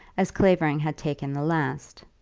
as clavering had taken the last.